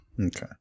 Okay